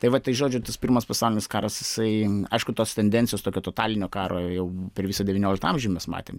tai va tai žodžiu tas pirmas pasaulinis karas jisai aišku tos tendencijos tokio totalinio karo jau per visą devynioliktą amžių mes matėm